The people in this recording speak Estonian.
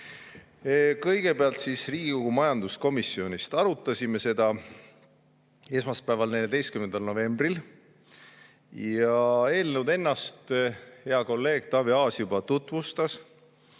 Kõigepealt, Riigikogu majanduskomisjonis arutasime seda eelnõu esmaspäeval, 14. novembril. Eelnõu ennast hea kolleeg Taavi Aas juba tutvustas.